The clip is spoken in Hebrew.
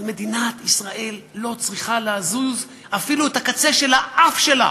אבל מדינת ישראל לא צריכה להזיז אפילו את הקצה של האף שלה